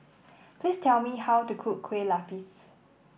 please tell me how to cook Kueh Lapis